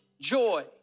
joy